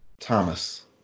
Thomas